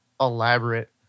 elaborate